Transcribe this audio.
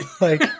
like-